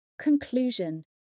Conclusion